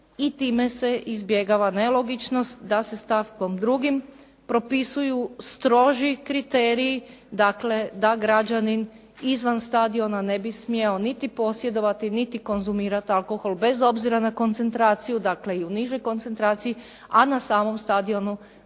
i time se izbjegava nelogičnost da se stavkom 2. propisuju stroži kriteriji, dakle da građanin izvan stadiona ne bi smio niti posjedovati, niti konzumirati alkohol bez obzira na koncentraciju, dakle i u nižoj koncentraciji, a na samom stadionu